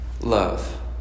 love